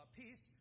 peace